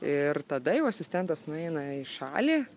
ir tada jau asistentas nueina į šalį